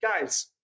guys